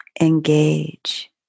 engage